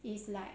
is like